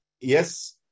Yes